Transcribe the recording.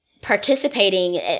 participating